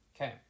Okay